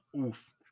oof